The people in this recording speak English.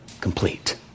complete